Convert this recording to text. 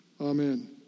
Amen